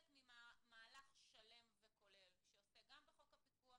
ממערך שלם וכולל שעוסק גם בחוק הפיקוח,